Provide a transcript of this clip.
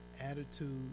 attitude